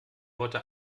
heute